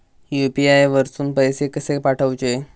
UPI वरसून पैसे कसे पाठवचे?